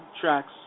tracks